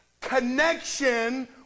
connection